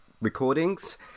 recordings